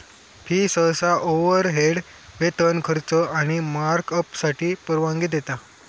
fee सहसा overhead, वेतन, खर्च आणि मार्कअपसाठी परवानगी देता